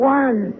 one